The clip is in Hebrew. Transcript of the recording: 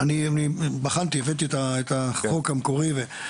בחנתי והבאתי את החוק המקורי.